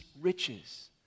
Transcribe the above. riches